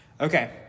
Okay